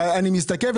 אבל אני מסתכל,